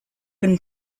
been